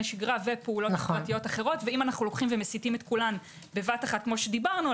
שגרה ופעולות פרטיות אחרות ואם אנו מסיטים את כולם בבת אחת כפי שדיברנו,